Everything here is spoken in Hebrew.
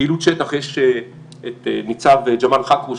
פעילות שטח יש את ניצב ג'מאל חכרוש,